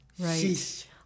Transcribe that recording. Right